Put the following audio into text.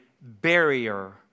barrier